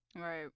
Right